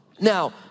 Now